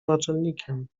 naczelnikiem